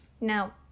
Now